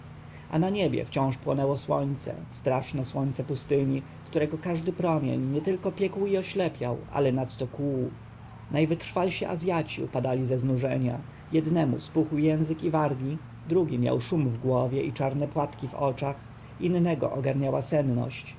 na niebie wciąż płonęło słońce straszne słońce pustyni którego każdy promień nietylko piekł i oślepiał lecz nadto kłuł najwytrwalsi azjaci upadali ze znużenia jednemu spuchł język i wargi drugi miał szum w głowie i czarne płatki w oczach innego ogarniała senność